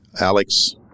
Alex